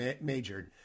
majored